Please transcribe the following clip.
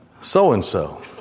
so-and-so